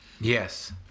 Yes